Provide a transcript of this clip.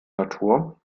natur